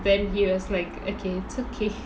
then he was like okay it's okay